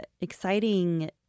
exciting